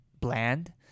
bland